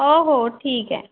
हो हो ठीक आहे